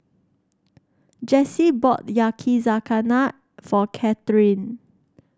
Jessy bought Yakizakana for Katherin